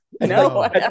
No